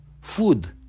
food